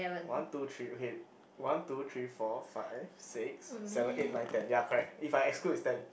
one two three okay one two three four five six seven eight nine ten ya correct if I exclude is ten